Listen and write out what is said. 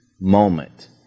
moment